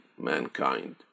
mankind